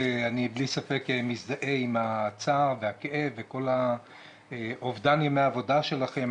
אני בלי ספק מזדהה עם הצער והכאב וכל אובדן ימי העבודה שלכם.